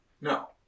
No